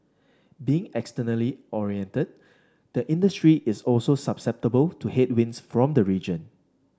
being externally oriented the industry is also susceptible to headwinds from the region